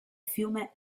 fiume